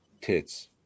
tits